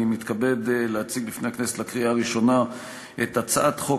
אני מתכבד להציג בפני הכנסת לקריאה הראשונה את הצעת חוק